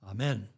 Amen